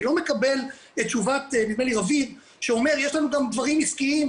אני לא מקבל את תשובת רביד שאומר 'יש לנו גם דברים עסקיים'.